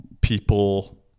people